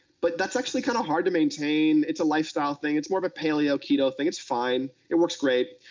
but that's actually kind of hard to maintain. it's a lifestyle thing, it's more of a paleo keto thing, it's fine. it works great.